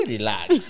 Relax